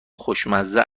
خوشمزه